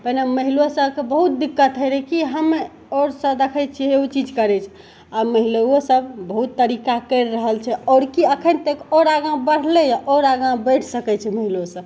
पहिने महिलो सभके बहुत दिक्कत होइ रहै कि हम आओर सँ देखै छियै हे ओ चीज करै छै आ महिलओ सभ बहुत तरीका कैरि रहल छै आओर कि अखन तक आओर आगाँ बढ़लैया आओर आगाँ बैढ़ि सकै छै महिलो सभ